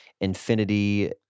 infinity